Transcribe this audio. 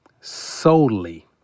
solely